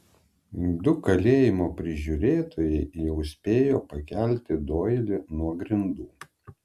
du kalėjimo prižiūrėtojai jau spėjo pakelti doilį nuo grindų